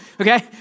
okay